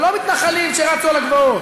אלה לא מתנחלים שרצו על הגבעות,